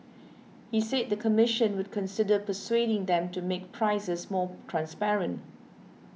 he said the commission would consider persuading them to make prices more transparent